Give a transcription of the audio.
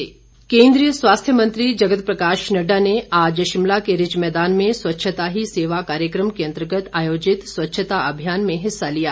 नड्डा केन्द्रीय स्वास्थ्य मंत्री जगत प्रकाश नड्डा ने आज शिमला के रिज मैदान में स्वच्छता ही सेवा कार्यक्रम के अंतर्गत आयोजित स्वच्छता अभियान में हिस्सा लिया